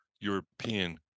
European